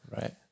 Right